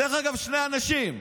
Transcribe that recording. שני אנשים,